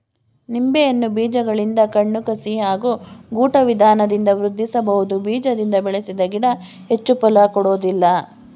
ನಿಂಬೆಯನ್ನು ಬೀಜಗಳಿಂದ ಕಣ್ಣು ಕಸಿ ಹಾಗೂ ಗೂಟ ವಿಧಾನದಿಂದ ವೃದ್ಧಿಸಬಹುದು ಬೀಜದಿಂದ ಬೆಳೆಸಿದ ಗಿಡ ಹೆಚ್ಚು ಫಲ ಕೊಡೋದಿಲ್ಲ